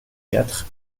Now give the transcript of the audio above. quatre